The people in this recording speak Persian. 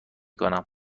کنم